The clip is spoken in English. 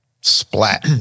Splat